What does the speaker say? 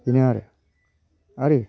बिदिनो आरो आरो